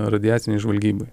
radiacinei žvalgybai